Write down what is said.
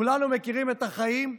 כולנו מכירים את החיים,